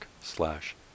slash